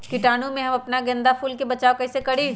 कीटाणु से हम अपना गेंदा फूल के बचाओ कई से करी?